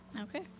okay